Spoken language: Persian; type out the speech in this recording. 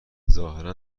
ظاهرا